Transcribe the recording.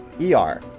E-R